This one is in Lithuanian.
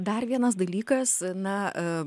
dar vienas dalykas na